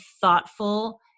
thoughtful